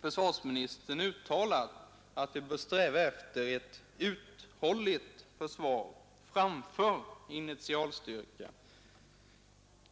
försvarsministern uttalat att vi bör sträva efter ett uthålligt försvar framför initialstyrka.